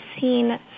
seen